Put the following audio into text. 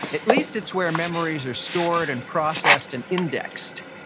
at least it's where memories are stored and processed and indexed,